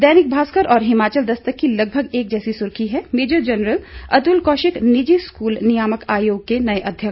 दैनिक भास्कर और हिमाचल दस्तक की लगभग एक जैसी सुर्खी है मेजर जनरल अतुल कौशिक निजि स्कूल नियामक आयोग के नए अध्यक्ष